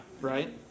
right